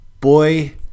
boy